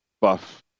Buff